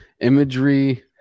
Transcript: imagery –